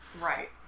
right